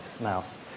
mouse